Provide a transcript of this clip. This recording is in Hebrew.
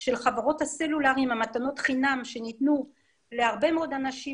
של חברות הסלולר עם מתנות החינם שניתנו להרבה מאוד אנשים,